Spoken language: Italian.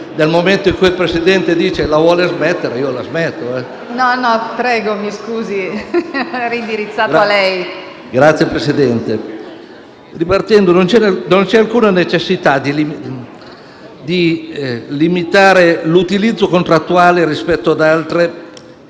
non c'è alcuna necessità di limitare l'utilizzo contrattuale rispetto ad altre